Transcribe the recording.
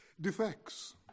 defects